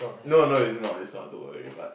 no no it's not it's not don't worry but